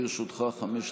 לרשותך חמש דקות,